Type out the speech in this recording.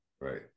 right